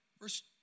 Verse